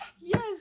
Yes